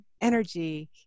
energy